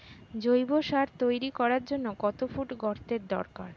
জৈব সার তৈরি করার জন্য কত ফুট গর্তের দরকার?